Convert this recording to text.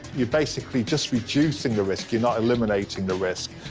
you're basically just reducing the risk, you're not eliminating the risk.